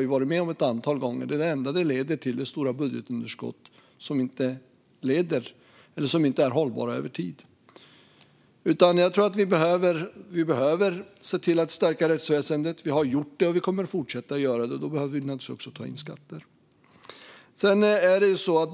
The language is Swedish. vi varit med om detta ett antal gånger, och det enda det leder till är stora budgetunderskott som inte är hållbara över tid. Vi behöver stärka rättsväsendet. Vi har gjort det, och vi kommer att fortsätta att göra det. Då behöver vi naturligtvis ta in skatter.